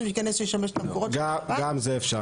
שייכנס ישמש את המקורות --- גם זה אפשר.